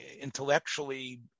intellectually